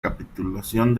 capitulación